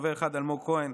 חבר אחד: אלמוג כהן,